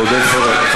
עודד פורר.